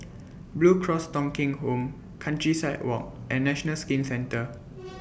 Blue Cross Thong Kheng Home Countryside Walk and National Skin Centre